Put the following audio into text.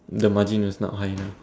the margin is not high enough